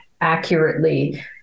accurately